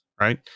right